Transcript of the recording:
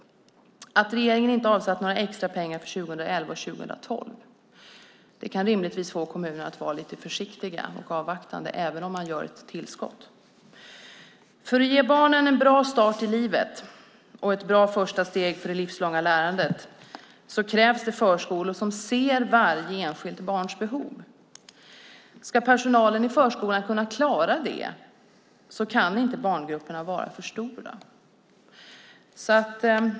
Regeringen har inte avsatt några extra pengar för 2011 och 2012. Det kan rimligtvis få kommunerna att vara lite försiktiga och avvakta även om man får ett tillskott. För att vi ska kunna ge barnen en bra start i livet och ett bra första steg i det livslånga lärandet krävs förskolor som ser varje enskilt barns behov. Ska personalen i förskolan kunna klara det kan barngrupperna inte vara för stora.